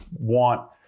want